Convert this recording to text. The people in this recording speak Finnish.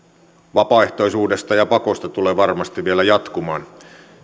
vapaaehtoisuudesta ja pakosta tulee varmasti vielä jatkumaan